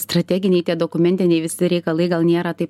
strateginiai tie dokumentiniai visi reikalai gal nėra taip